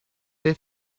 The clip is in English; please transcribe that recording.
they